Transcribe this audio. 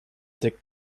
the